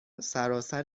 سراسر